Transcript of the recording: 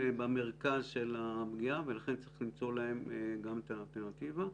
במרכז הפגיעה ולכן צריך למצוא להן גם את האלטרנטיבה.